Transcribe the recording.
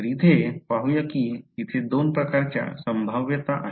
तर इथे पाहूया की इथे 2 प्रकारच्या संभाव्यता आहेत